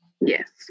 Yes